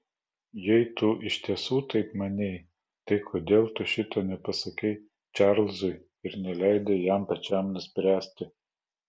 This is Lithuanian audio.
jei tu iš tiesų taip manei tai kodėl tu šito nepasakei čarlzui ir neleidai jam pačiam nuspręsti